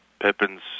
Pippin's